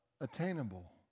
attainable